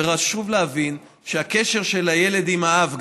וחשוב להבין שהקשר של הילד עם האב,